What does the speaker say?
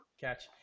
catch